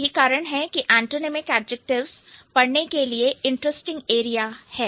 यही कारण है कि एंटोनिमिक एडजेक्टिव्स पढ़ने के लिए इंटरेस्टिंग एरिया है